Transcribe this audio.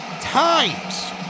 times